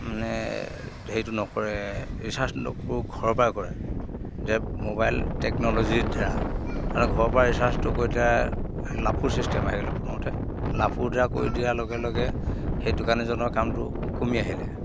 মানে হেৰিটো নকৰে ৰিচাৰ্জটো ঘৰৰ পৰা কৰে যে মোবাইল টেকন'লজিৰ দ্বাৰা তাৰমানে ঘৰৰ পৰা ৰিচাৰ্জটো কৰি দিয়া লাপুৰ চিষ্টেম আহিলে প্ৰথমতে লাপুৰ দ্বাৰা কৰি দিয়াৰ লগে লগে সেই দোকানীজনৰ কামটো কমি আহিলে